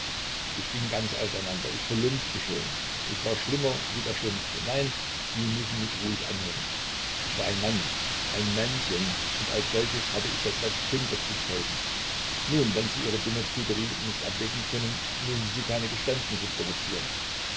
ich ging ganz auseinander ich verlumpte schon ich war schlimmer wie der schlimmste nein sie müssen mich ruhig anhören ich war ein mann ein männchen und als solches hatte ich das recht kinder zu zeugen nun wenn sie ihre dumme prüderie nicht ablegen können müssen sie keine geständnisse provozieren